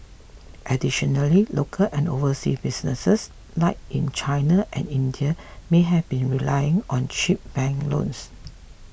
additionally local and overseas businesses like in China and India may have been relying on cheap bank loans